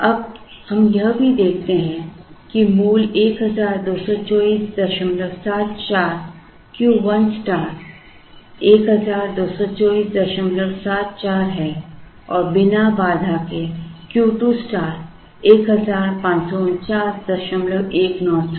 अब हम यह भी देखते हैं कि मूल 122474 Q 1 स्टार 122474 है और बिना बाधा के Q 2 स्टार 154919 था